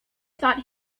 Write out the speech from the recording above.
thought